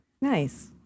Nice